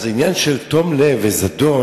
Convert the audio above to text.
אז עניין של תום לב וזדון